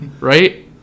Right